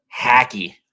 hacky